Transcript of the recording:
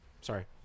Sorry